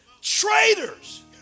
Traitors